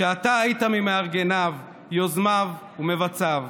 שאתה היית ממארגניו, יוזמיו ומבצעיו,